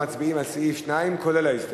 מצביעים על סעיף 2 כולל ההסתייגות.